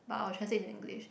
but I will translate in English